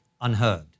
unheard